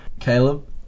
Caleb